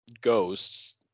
ghosts